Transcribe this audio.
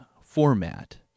format